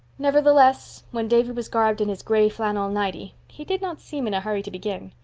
nevertheless, when davy was garbed in his gray flannel nighty, he did not seem in a hurry to begin.